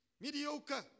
Mediocre